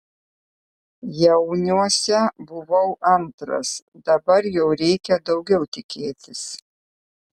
jauniuose buvau antras dabar jau reikia daugiau tikėtis